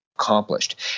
accomplished